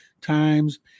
times